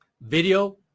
Video